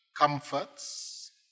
comforts